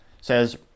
says